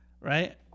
right